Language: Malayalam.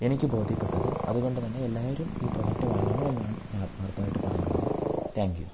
എനിക്ക് ബോധ്യപ്പെട്ടത് അതുകൊണ്ട് തന്നെ എല്ലാവരും ഈ പ്രൊഡക്ട് വാങ്ങണമെന്നാണ് ഞാൻ ആത്മാർത്ഥമായിട്ട് പറയുന്നത് ടാങ്ക് യു